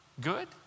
Good